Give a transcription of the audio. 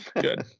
good